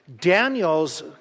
Daniel's